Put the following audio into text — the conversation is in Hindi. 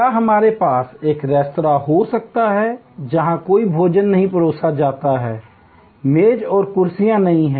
क्या हमारे पास एक रेस्तरां हो सकता है जहां कोई भोजन नहीं परोसा जाता है मेज और कुर्सियां नहीं हैं